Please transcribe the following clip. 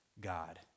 God